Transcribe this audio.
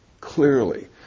clearly